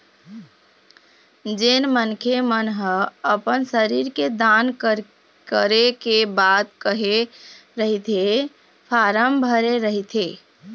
जेन मनखे मन ह अपन शरीर के दान करे के बात कहे रहिथे फारम भरे रहिथे